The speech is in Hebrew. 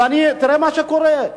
תראה מה שקורה,